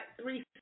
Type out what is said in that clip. three